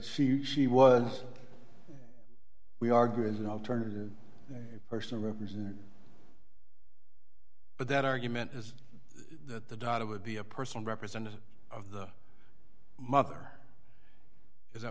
he was we argue is an alternative person represented but that argument is that the daughter would be a personal representative of the mother is that